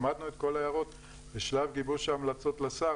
למדנו את כל ההערות ושלב גיבוש ההמלצות לשר,